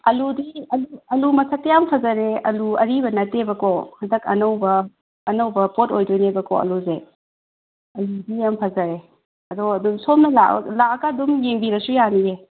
ꯑꯂꯨꯗꯤ ꯑꯂꯨ ꯃꯁꯛꯇꯤ ꯌꯥꯝ ꯐꯖꯔꯦ ꯑꯂꯨ ꯑꯔꯤꯕ ꯅꯠꯇꯦꯕꯀꯣ ꯍꯟꯗꯛ ꯑꯅꯧꯕ ꯑꯅꯧꯕ ꯄꯣꯠ ꯑꯣꯏꯗꯣꯏꯅꯦꯕꯀꯣ ꯑꯂꯨꯖꯦ ꯑꯂꯨꯗꯤ ꯌꯥꯝ ꯐꯖꯔꯦ ꯑꯗꯣ ꯁꯣꯝꯅ ꯂꯥꯛꯑꯀꯥꯟꯗ ꯌꯦꯡꯕꯤꯔꯁꯨ ꯌꯥꯅꯤꯌꯦ